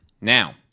Now